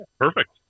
perfect